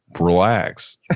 relax